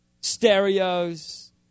stereos